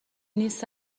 نیست